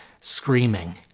screaming